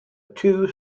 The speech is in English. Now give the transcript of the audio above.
two